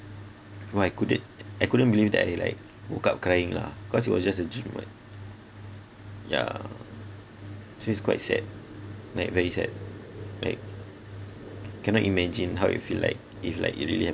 what I couldn't I couldn't believe that I like woke up crying lah cause it was just a dream what yeah so it's quite sad like very sad like cannot imagine how it'd feel like if like it really